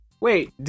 Wait